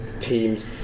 teams